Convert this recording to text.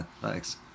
Thanks